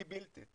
we built it